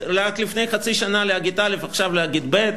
רק לפני חצי שנה להגיד א' ועכשיו להגיד ב'?